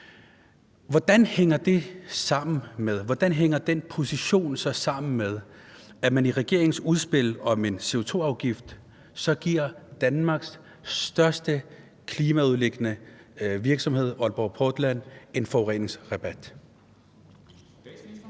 Hvordan hænger den position så sammen med, at man i regeringens udspil om en CO2-afgift giver Danmarks største klimaødelæggende virksomhed, Aalborg Portland, en forureningsrabat?